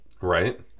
Right